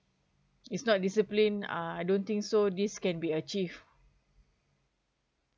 it's not discipline uh I don't think so this can be achieved